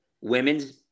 women's